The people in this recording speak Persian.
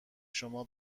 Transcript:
شما